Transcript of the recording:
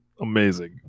Amazing